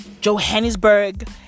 Johannesburg